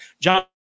John